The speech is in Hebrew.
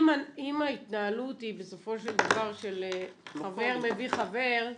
אם ההתנהלות היא בסופו של דבר של חבר מביא חבר --- לא,